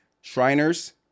Shriners